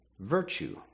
virtue